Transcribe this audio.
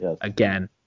again